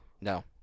No